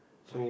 what